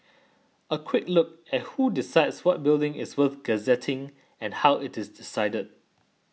a quick look at who decides what building is worth gazetting and how it is decided